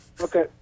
Okay